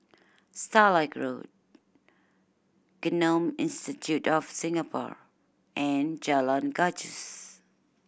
Starlight Road Genome Institute of Singapore and Jalan Gajus